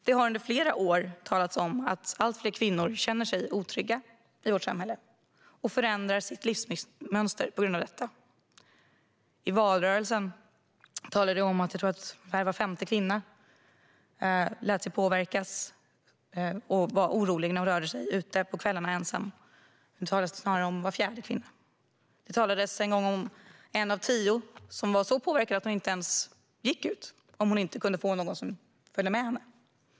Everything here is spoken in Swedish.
Det har under flera år talats om att allt fler kvinnor känner sig otrygga i vårt samhälle och förändrar sina livsmönster på grund av det. I valrörelsen talade jag om att var femte kvinna - tror jag att det var - lät sig påverkas och var orolig när hon rörde sig ute ensam på kvällarna. Nu talas det snarare om var fjärde kvinna. Det talades en gång om att en av tio inte ens gick ut om hon inte fick sällskap.